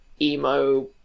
emo